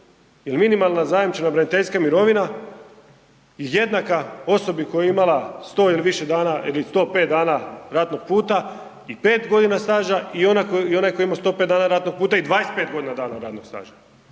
jel minimalna zajamčena braniteljska mirovina je jednaka osobi koja je imala 100 ili više dana ili 105 dana ratnog puta i 5.g. staža i ona, i onaj koji je imao 105 dana ratnog puta i 25.g. dana radnog staža.